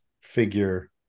figure